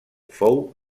fou